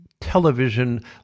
television